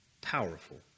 powerful